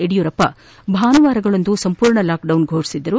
ಯಡಿಯೂರಪ್ಪ ಅವರು ಭಾನುವಾರಗಳಂದು ಸಂಪೂರ್ಣ ಲಾಕ್ ಡೌನ್ ಫೋಷಿಸಿದ್ದರು